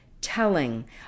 telling